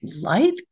light